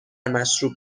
مشروب